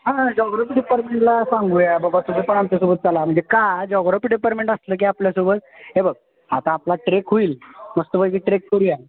हां जॉग्रॉफी डिपार्टमेंटला सांगूया बाबा तुझं पण आमच्यासोबत चला म्हणजे का जॉग्रॉफी डिपार्टमेंट असलं की आपल्यासोबत हे बघ आता आपला ट्रेक होईल मस्तपैकी ट्रेक करूया